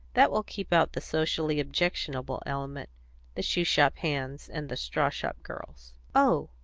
that will keep out the socially objectionable element the shoe-shop hands and the straw-shop girls. oh,